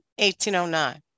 1809